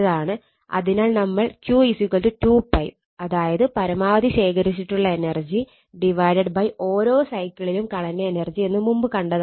അതിനാൽ നമ്മൾ Q 2 𝜋 പരമാവധി ശേഖരിച്ചിട്ടുള്ള എനർജി ഓരോ സൈക്കിളിലും കളഞ്ഞ എനർജി എന്ന് മുമ്പ് കണ്ടതാണ്